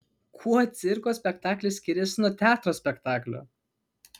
kuo cirko spektaklis skiriasi nuo teatro spektaklio